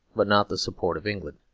but not the support of england.